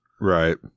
Right